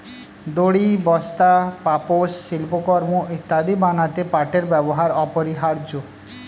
দড়ি, বস্তা, পাপোশ, শিল্পকর্ম ইত্যাদি বানাতে পাটের ব্যবহার অপরিহার্য